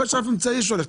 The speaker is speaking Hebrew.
אבל יש גם רף אמצעי שהולך,